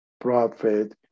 profit